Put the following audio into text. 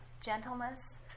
gentleness